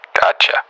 gotcha